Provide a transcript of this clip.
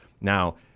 Now